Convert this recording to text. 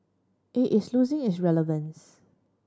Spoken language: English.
it is losing its relevance